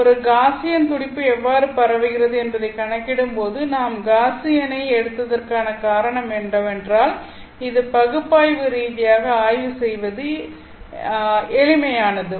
ஒரு காஸியன் துடிப்பு எவ்வாறு பரவுகிறது என்பதைக் கணக்கிடும்போது நாம் காஸியனை எடுத்ததற்கான காரணம் என்னவென்றால் இது பகுப்பாய்வு ரீதியாக ஆய்வு செய்வது எளிமையானது